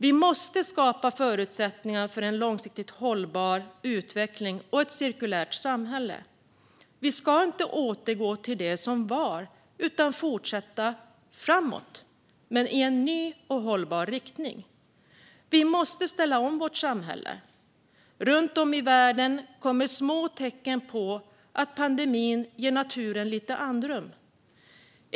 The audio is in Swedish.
Vi måste skapa förutsättningar för en långsiktigt hållbar utveckling och ett cirkulärt samhälle. Vi ska inte återgå till det som var utan fortsätta framåt, men i en ny hållbar riktning. Vi måste ställa om vårt samhälle. Runt om i världen kommer små tecken på att pandemin ger naturen lite andrum.